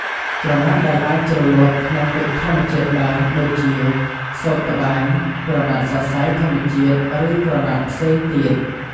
ក្រណាត់ដែលអាចជ្រលក់ ក្នុងទឹកធម្មជាតិបាន ដូចជា សូត្រត្បាញ ក្រណាត់សរសៃធម្មជាតិ ឬក្រណាត់ផ្សេងទៀត។